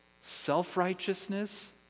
self-righteousness